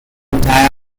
polymer